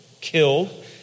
killed